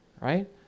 right